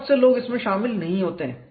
बहुत से लोग इसमें शामिल नहीं होते हैं